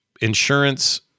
insurance